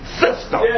system